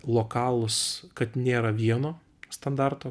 lokalūs kad nėra vieno standarto